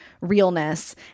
realness